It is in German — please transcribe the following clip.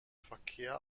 verkehr